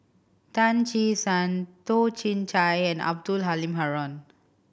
Tan Che Sang Toh Chin Chye and Abdul Halim Haron